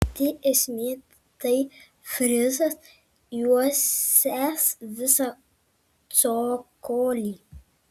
pati esmė tai frizas juosęs visą cokolį